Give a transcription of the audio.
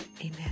Amen